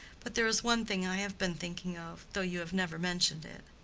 but there is one thing i have been thinking of, though you have never mentioned it.